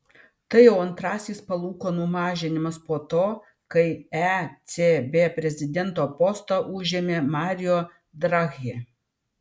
tai jau antrasis palūkanų mažinimas po to kai ecb prezidento postą užėmė mario draghi